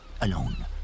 alone